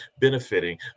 benefiting